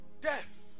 Death